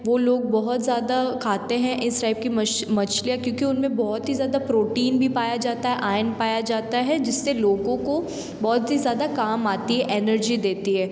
वे लोग बहुत ज़्यादा खाते हैं इस टाइप की मछ मछलियाँ क्योंकि उनमें बहुत ही ज़्यादा प्रोटीन भी पाया जाता है आयन पाया जाता है जिससे लोगों को बहुत ही ज़्यादा काम आती है एनर्जी देती है